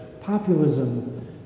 populism